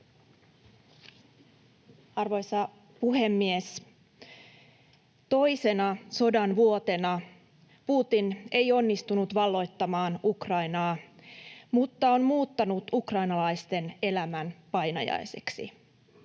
Arvoisa puhemies! ”Toisena sodan vuotena Putin ei onnistunut valloittamaan Ukrainaa mutta on muuttanut ukrainalaisten elämän painajaiseksi.